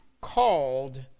Called